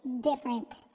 different